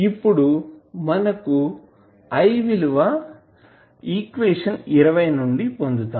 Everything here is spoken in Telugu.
ఇప్పుడు మనకు i విలువ ఈక్వేషన్ నుండి పొందుతాం